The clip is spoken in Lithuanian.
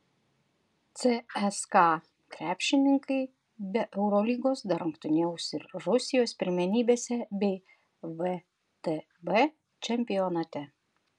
cska krepšininkai be eurolygos dar rungtyniaus ir rusijos pirmenybėse bei vtb čempionate